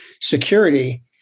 security